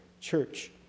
church